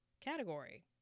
category